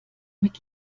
mit